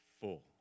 full